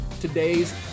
today's